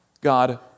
God